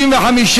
הוועדה, נתקבל.